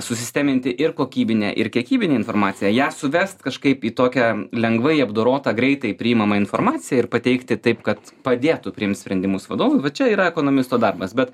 susisteminti ir kokybinę ir kiekybinę informaciją ją suvest kažkaip į tokią lengvai apdorotą greitai priimamą informaciją ir pateikti taip kad padėtų priimt sprendimus vadovui va čia yra ekonomisto darbas bet